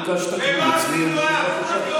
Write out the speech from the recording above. הודעה אישית.